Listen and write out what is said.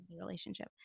relationship